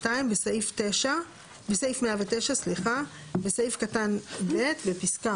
בסעיף 109 - בסעיף קטן (ב), בפסקה